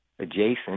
adjacent